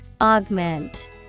Augment